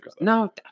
No